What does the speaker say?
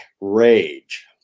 rage